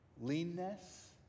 leanness